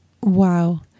Wow